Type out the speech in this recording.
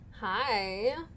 Hi